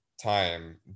time